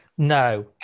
No